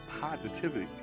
positivity